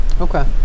Okay